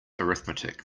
arithmetic